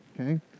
Okay